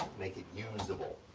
make it usable.